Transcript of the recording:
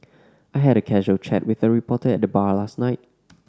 I had a casual chat with a reporter at the bar last night